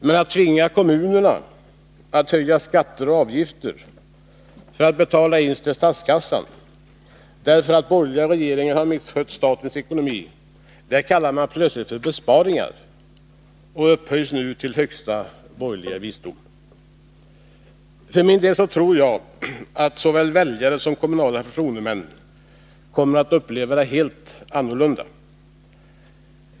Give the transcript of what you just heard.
Men att tvinga kommunerna att höja skatter och avgifter för att betala in till statskassan, därför att borgerliga regeringar har misskött statens ekonomi, kallas plötsligt för besparingar och upphöjs till högsta borgerliga visdom. För min del tror jag att såväl väljare som kommunala förtroendemän kommer att uppleva det helt annorlunda.